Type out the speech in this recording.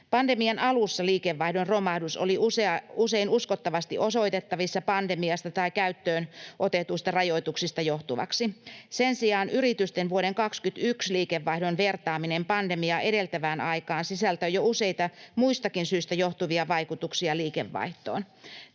Pandemian alussa liikevaihdon romahdus oli usein uskottavasti osoitettavissa pandemiasta tai käyttöön otetuista rajoituksista johtuvaksi. Sen sijaan yritysten vuoden 21 liikevaihdon vertaaminen pandemiaa edeltävään aikaan sisältää jo useita muistakin syistä johtuvia vaikutuksia liikevaihtoon.